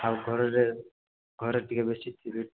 ଆଉ ଘରରେ ଘରେ ଟିକେ ବେଶୀ ଥିବି